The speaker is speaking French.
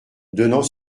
donnant